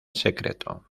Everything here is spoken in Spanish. secreto